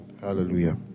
Hallelujah